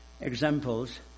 examples